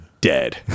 dead